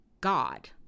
God